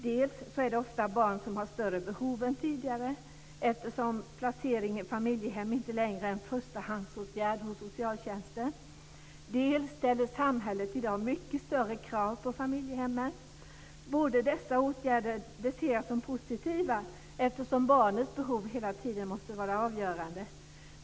Dels är det ofta barn som har större behov än tidigare, eftersom placering i familjehem inte längre är en förstahandsåtgärd hos socialtjänsten, dels ställer samhället i dag mycket större krav på familjehemmen. Båda dessa åtgärder ser jag som positiva, eftersom barnets behov hela tiden måste vara det avgörande.